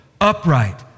upright